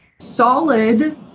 solid